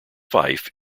fife